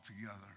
together